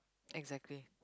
exactly